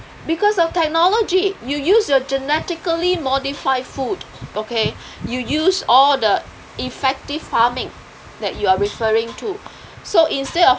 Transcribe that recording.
because of technology you use your genetically modified food okay you use all the effective farming that you are referring to so instead of